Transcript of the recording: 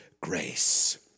grace